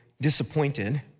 disappointed